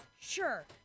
Sure